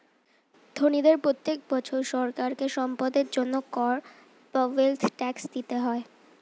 ধনীদের প্রত্যেক বছর সরকারকে সম্পদের জন্য কর বা ওয়েলথ ট্যাক্স দিতে হয়